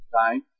time